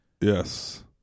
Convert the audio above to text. Yes